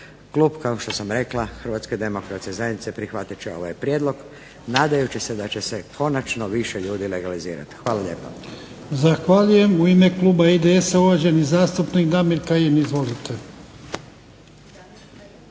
Klub, kao što sam rekla, HDZ-a prihvatit će ovaj prijedlog nadajući se da će se konačno više ljudi legalizirati. Hvala lijepa. **Jarnjak, Ivan (HDZ)** Zahvaljujem. U ime kluba IDS-a, uvaženi zastupnik Damir Kajin. Izvolite.